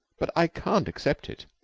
but i can't accept it.